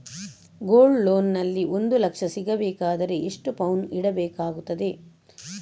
Gold loan ನಲ್ಲಿ ಒಂದು ಲಕ್ಷ ಸಿಗಬೇಕಾದರೆ ಎಷ್ಟು ಪೌನು ಇಡಬೇಕಾಗುತ್ತದೆ?